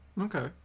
Okay